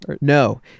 No